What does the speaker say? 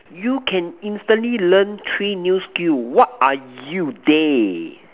you can instantly learn three new skills what are you they